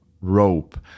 rope